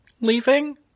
leaving